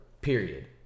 Period